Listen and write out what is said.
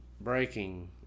breaking